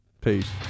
Peace